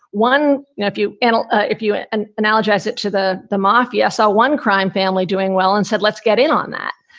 one, if you and ah if you and analogizes. the the mafia saw one crime family doing well and said, let's get in on that.